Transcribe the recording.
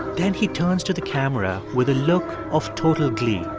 then he turns to the camera with a look of total glee.